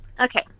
Okay